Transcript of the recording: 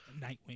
Nightwing